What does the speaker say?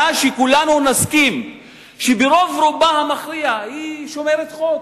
שכולנו נסכים שברובה המכריע היא שומרת חוק.